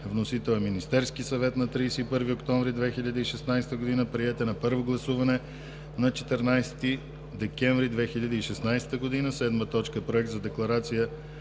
Вносител е Министерският съвет на 31 октомври 2016 г. Приет е на първо гласуване на 14 декември 2016 г. 7. Проект на декларация